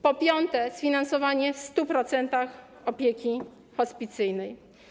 Po piąte, sfinansowanie w 100% opieki hospicyjnej.